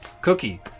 Cookie